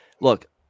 look